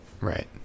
Right